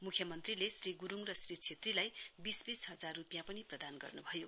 मुख्यमन्त्रीले श्री गु्रूङ र श्री छेत्रीलाई बीस बीस हजार रुपियाँ पनि प्रदान गर्नुभयो